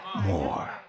more